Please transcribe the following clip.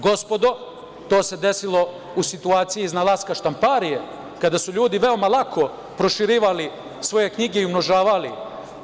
Gospodo, to se desilo u situaciji iznalaska štamparije, kada su ljudi veoma lako proširivali svoje knjige i umnožavali ih.